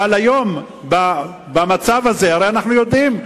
אבל היום, במצב הזה, הרי אנו יודעים,